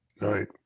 Right